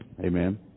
Amen